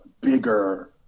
bigger